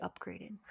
upgraded